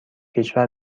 کشور